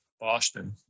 Boston